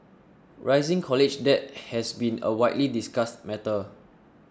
rising college debt has been a widely discussed matter